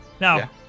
Now